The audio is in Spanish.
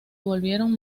volvieron